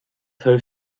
her